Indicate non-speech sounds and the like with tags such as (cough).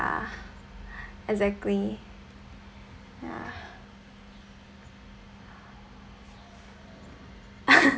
exactly ya (laughs)